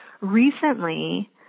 recently